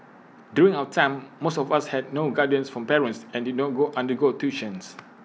during our time most of us had no guidance from parents and did not undergo tuition